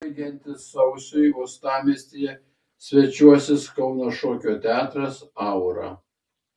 baigiantis sausiui uostamiestyje svečiuosis kauno šokio teatras aura